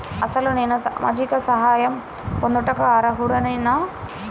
అసలు నేను సామాజిక సహాయం పొందుటకు అర్హుడనేన?